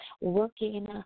Working